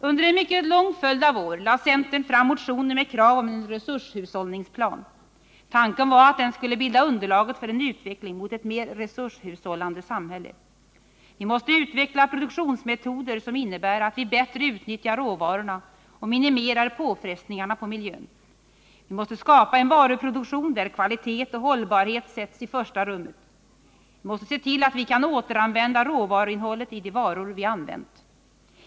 Under en mycket lång följd av år lade centern fram motioner med krav på en resurshushållningsplan. Tanken var att den skulle bilda underlaget för en utveckling mot ett mer resurshushållande samhälle. Vi måste utveckla produktionsmetoder som innebär att vi bättre utnyttjar råvarorna och minimerar påfrestningarna på miljön. Vi måste skapa en varuproduktion där kvalitet och hållbarhet sätts i första rummet. Vi måste se till att vi kan återanvända råvaruinnehållet i de varor vi använt.